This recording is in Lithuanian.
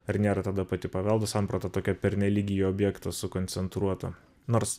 ar nėra tada pati paveldo samprata tokia pernelyg į objektus sukoncentruota nors